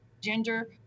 gender